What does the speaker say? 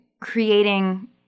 creating